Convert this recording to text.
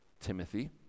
Timothy